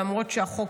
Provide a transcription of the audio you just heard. ולמרות שהחוק,